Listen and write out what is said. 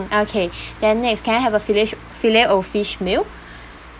okay then next can I have a fil~ ~ish filet-o-fish meal